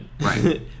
Right